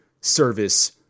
service